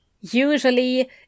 Usually